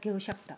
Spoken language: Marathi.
घेऊ शकता